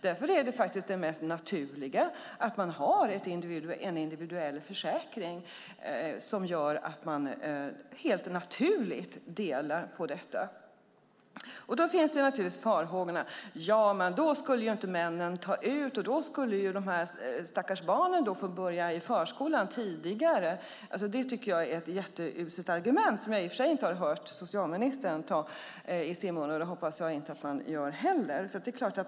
Därför är det mest naturliga att man har en individuell försäkring som gör att man helt naturligt delar på detta. Farhågorna finns naturligtvis: Men då skulle inte männen ta ut föräldraledighet, och då skulle de stackars barnen få börja i förskolan tidigare. Det är ett uselt argument - som jag i och för sig inte har hört socialministern ta i sin mun och som jag hoppas att han inte gör.